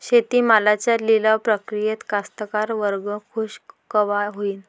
शेती मालाच्या लिलाव प्रक्रियेत कास्तकार वर्ग खूष कवा होईन?